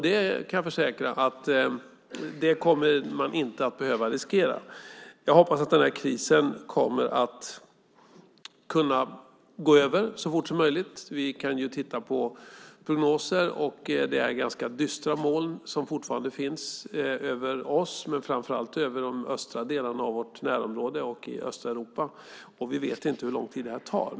Jag kan försäkra att ni inte kommer att behöva riskera det. Jag hoppas att denna kris kommer att gå över så fort som möjligt. Vi kan titta på prognoser, och det är ganska dystra moln som fortfarande finns över oss men framför allt över de östra delarna av vårt närområde och i östra Europa, och vi vet inte hur lång tid detta tar.